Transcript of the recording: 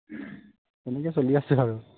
তেনেকৈয়ে চলি আছে আৰু